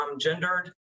gendered